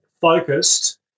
focused